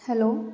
hello